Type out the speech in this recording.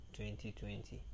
2020